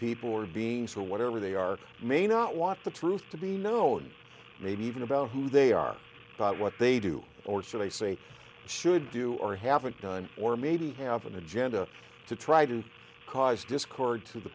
people or beings or whatever they are may not want the truth to be no and maybe even about who they are what they do or should i say should do or haven't done or maybe they have an agenda to try to cause discord to the